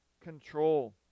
control